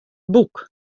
boek